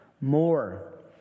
more